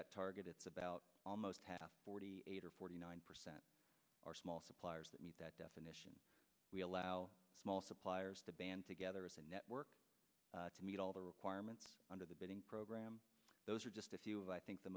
that target it's about almost forty eight or forty nine percent are small suppliers that meet that definition we allow small suppliers to band together as a network to meet all the requirements under the bidding program those are just a few of i think the